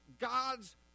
God's